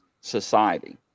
society